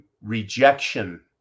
rejection